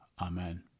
Amen